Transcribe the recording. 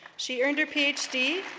she earned her ph d.